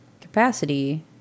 capacity